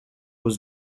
was